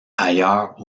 ailleurs